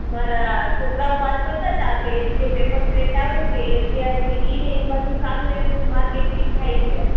મારા છોકરાઓ વાત કરતા તા કે ઈ જે પેપર પ્લેટ આવે છે એ અત્યારે દિલ્લીને એ બાજુ સારું એનું માર્કેટિંગ થાય છે